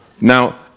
Now